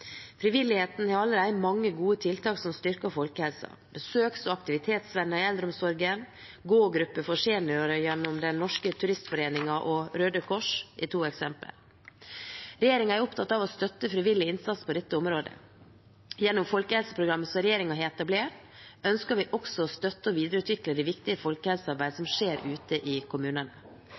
Frivilligheten har allerede mange gode tiltak som styrker folkehelsen: Besøks- og aktivitetsvenner i eldreomsorgen, gågrupper for seniorer gjennom Den Norske Turistforening og Røde Kors er to eksempler. Regjeringen er opptatt av å støtte frivillig innsats på dette området. Gjennom folkehelseprogrammet som regjeringen har etablert, ønsker vi også å støtte og videreutvikle det viktige folkehelsearbeidet som skjer ute i kommunene.